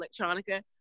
Electronica